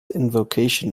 invocation